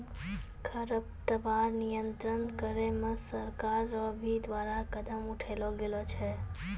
खरपतवार नियंत्रण करे मे सरकार रो भी द्वारा कदम उठैलो गेलो छै